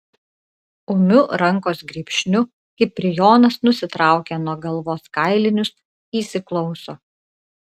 ūmiu rankos grybšniu kiprijonas nusitraukia nuo galvos kailinius įsiklauso